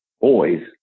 boys